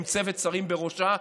עם צוות שרים בראשה,